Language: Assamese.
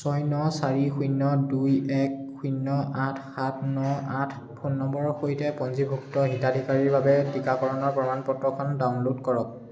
ছয় ন চাৰি শূন্য দুই এক শূন্য আঠ সাত ন আঠ ফোন নম্বৰৰ সৈতে পঞ্জীভুক্ত হিতাধিকাৰীৰ বাবে টিকাকৰণৰ প্ৰমাণপত্ৰখন ডাউনল'ড কৰক